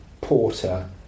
Porter